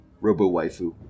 robo-waifu